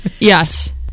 Yes